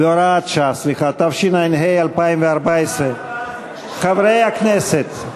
התשע"ה 2014. חברי הכנסת,